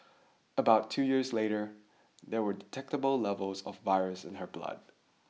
about two years later there were detectable levels of virus in her blood